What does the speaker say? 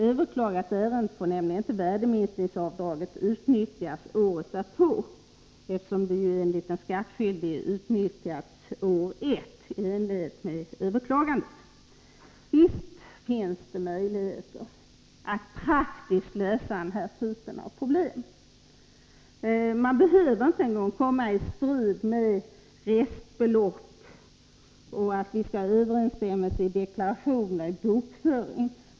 Överklagas ärendet får nämligen inte värdeminskningsavdraget utnyttjas året därpå, eftersom det enligt den skattskyldige utnyttjats år 1 i enlighet med överklagandet. Visst finns det möjligheter att praktiskt lösa den här typen av problem. Man behöver inte ens komma i strid med kraven när det gäller restbelopp och överensstämmelse mellan deklaration och bokföring.